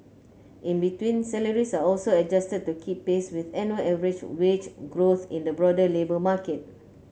in between salaries are also adjusted to keep pace with annual average wage growth in the broader labour market